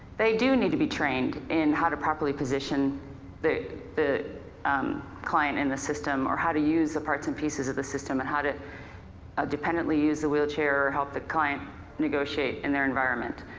they do need to be trained in how to properly position the the um client in the system or how to use the parts and pieces of the system and how to ah dependently use the wheelchair or help the client negotiate in their environment.